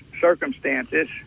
circumstances